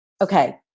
Okay